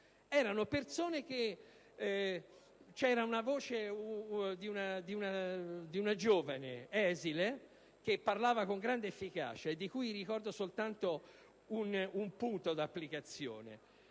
c'era la voce di una giovane esile che parlava con grande efficacia e di cui ricordo soltanto un punto d'applicazione.